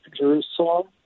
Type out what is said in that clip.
Jerusalem